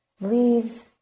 leaves